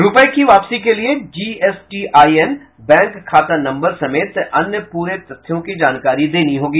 रूपये की वापसी के लिये जीएसटीआईएन बैंक खाता नम्बर समेत अन्य प्ररी तथ्यों की जानकारी देनी होगी